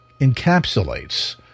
encapsulates